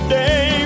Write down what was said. day